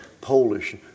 Polish